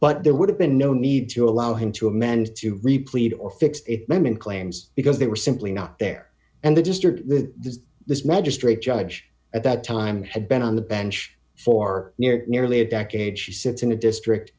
but there would have been no need to allow him to amend to repleat or fix it man in claims because they were simply not there and the district that does this magistrate judge at that time had been on the bench for nearly a decade she sits in a district